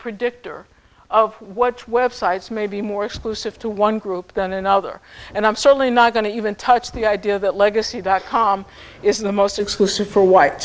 predictor of what websites may be more exclusive to one group than another and i'm certainly not going to even touch the idea that legacy dot com is the most exclusive for